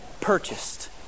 Purchased